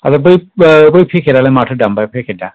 आरो बै फेखेदालाय माथो दाम बै फेखेदा